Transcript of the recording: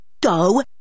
Go